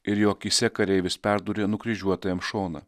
ir jo akyse kareivis perdūrė nukryžiuotajam šoną